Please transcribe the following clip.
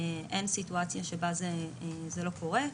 אין סיטואציה שזה לא קורה.